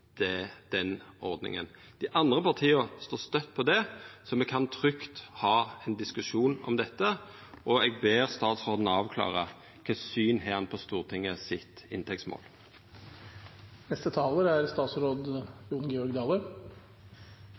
den ordninga. Dei andre partia står støtt på det, så me kan trygt ha ein diskusjon om dette, og eg ber statsråden avklara kva syn han har på Stortinget sitt inntektsmål. Eg har avklart omtrent kva min posisjon er